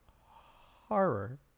Horror